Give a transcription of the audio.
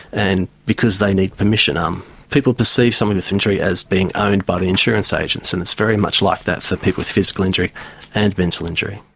and because they need permission, um people perceive someone with injury as being owned by the insurance agents and it's very much like that for people with physical injury and mental injury.